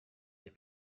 des